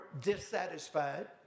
dissatisfied